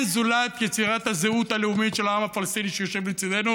זולת יצירת הזהות הלאומית של העם הפלסטיני שיושב לצידנו